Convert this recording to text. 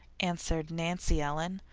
answered nancy ellen,